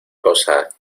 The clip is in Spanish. cosa